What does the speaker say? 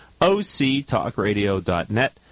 octalkradio.net